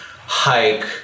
Hike